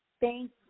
thank